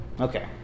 okay